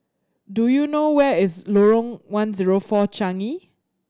do you know where is Lorong One Zero Four Changi